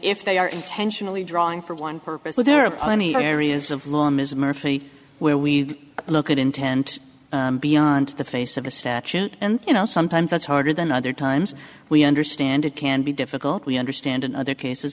if they are intentionally drawing for one purpose there are plenty of areas of law ms murphy where we look at intent beyond the face of a statute and you know sometimes that's harder than other times we understand it can be difficult we understand in other cases